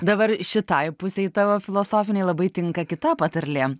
dabar šitai pusei tavo filosofinei labai tinka kita patarlė